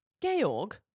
Georg